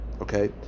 okay